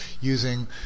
using